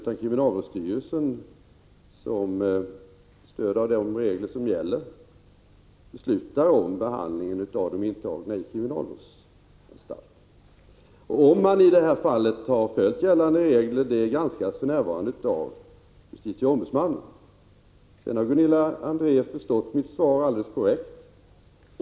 Det är kriminalvårdsstyrelsen som med stöd av de regler som gäller beslutar om behandlingen av de intagna i kriminalvårdsanstalt. Om man i det här fallet har följt gällande regler granskas för närvarande av justitieombudsmannen. Gunilla André har förstått mitt svar alldeles korrekt.